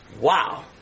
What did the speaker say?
Wow